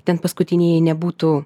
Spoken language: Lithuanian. ten paskutinieji nebūtų